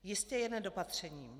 Jistě jen nedopatřením.